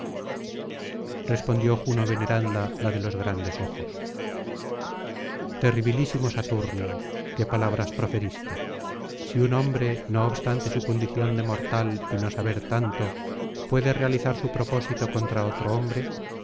respondió juno veneranda la de los grandes ojos terribilísimo saturnio qué palabras proferiste si un hombre no obstante su condición de mortal y no saber tanto puede realizar su propósito contra otro hombre